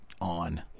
on